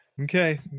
Okay